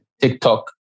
TikTok